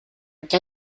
qu’à